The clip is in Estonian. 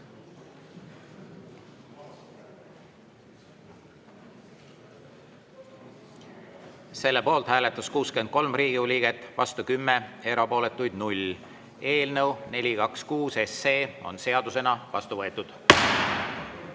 Selle poolt hääletas 63 Riigikogu liiget, vastu 10, erapooletuid oli 0. Eelnõu 426 on seadusena vastu võetud.